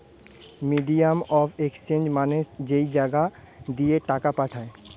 medium of exchange মানে যেই জাগা দিয়ে টাকা পাঠায়